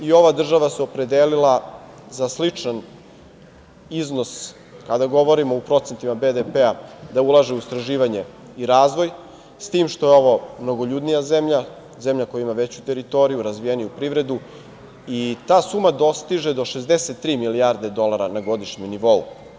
I ova država se opredelila za sličan iznos BDP-a, kada govorimo u procentima, da ulaže u istraživanje i razvoj, s tim što je ovo mnogoljudnija zemlja, zemlja koja ima veću teritoriju, razvijeniju privredu i ta suma dostiže do 63 milijarde dolara na godišnjem nivou.